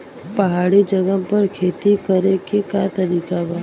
पहाड़ी जगह पर खेती करे के का तरीका बा?